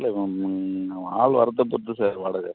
இல்லை ஆள் வரதை பொறுத்து சார் வாடகை